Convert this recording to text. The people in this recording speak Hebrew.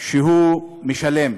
שהוא משלם.